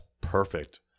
perfect